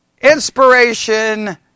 inspiration